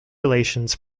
relations